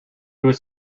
was